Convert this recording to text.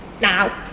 now